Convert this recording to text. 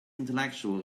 intellectual